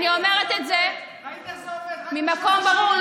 אני אומרת את זה ממקום ברור.